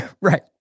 Right